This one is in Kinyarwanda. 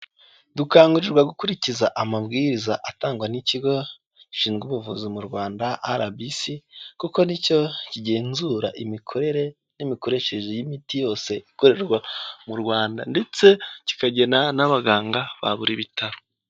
Dukangurirwa gukurikiza amabwiriza atangwa n'ikigo gishinzwe ubuvuzi mu Rwanda arabisi, kuko nicyo kigenzura imikorere n'imikoreshereze y'imiti yose ikorerwa mu Rwanda ndetse kikagena n'abaganga ba buri bitaro.